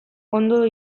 ondo